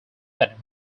that